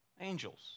Angels